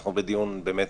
אנחנו בדיון מקצועי.